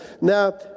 Now